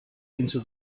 into